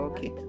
Okay